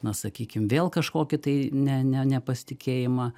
na sakykim vėl kažkokį tai ne ne nepasitikėjimą